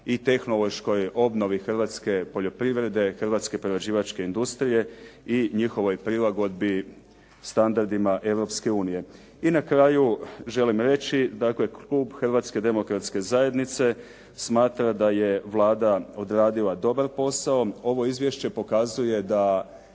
i tehnološkoj obnovi hrvatske poljoprivrede, hrvatske prerađivačke industrije i njihovoj prilagodbi standardima Europske unije. I na kraju želim reći dakle Klub Hrvatske demokratske zajednice smatra da je Vlada odradila dobar posao. Ovo izvješće pokazuje da